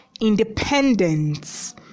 independence